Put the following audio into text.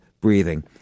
breathing